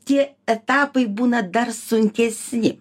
tie etapai būna dar sunkesni